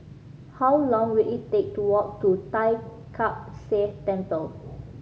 how long will it take to walk to Tai Kak Seah Temple